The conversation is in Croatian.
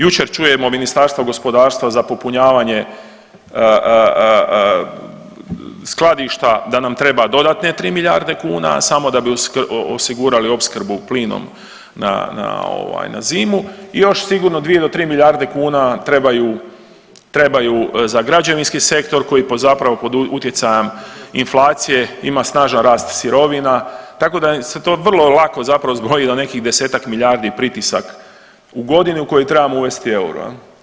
Jučer čujemo Ministarstvo gospodarstva za popunjavanje skladišta da nam treba dodatne tri milijarde kuna samo da bi osigurali opskrbu plinom na zimu i još sigurno dvije do tri milijarde kuna trebaju za građevinski sektor koji pod utjecajem inflacije ima snažan rast sirovina, tako da se to vrlo lako zbroji do nekih desetak milijardi pritisak u godini u kojoj trebamo uvesti euro.